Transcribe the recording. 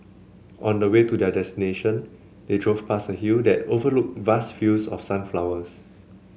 on the way to their destination they drove past a hill that overlooked vast fields of sunflowers